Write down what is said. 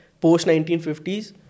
post-1950s